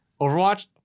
Overwatch